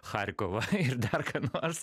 charkovą ir dar ką nors